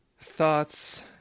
Thoughts